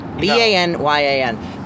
B-A-N-Y-A-N